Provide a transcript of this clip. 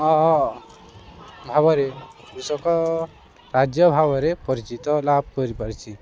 ହଁ ଭାବରେ କୃଷକ ରାଜ୍ୟ ଭାବରେ ପରିଚିତ ଲାଭ କରିପାରିଛି